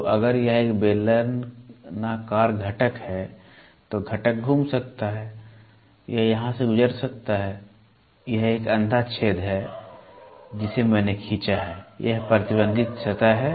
तो अगर यह एक बेलनाकार घटक है तो घटक घूम सकता है या यहाँ से गुजर सकता है यह एक अंधा छेद है जिसे मैंने खींचा है यह प्रतिबंधित सतह है